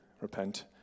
repent